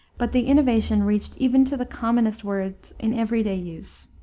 but the innovation reached even to the commonest words in every-day use,